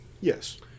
Yes